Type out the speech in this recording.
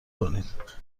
کنید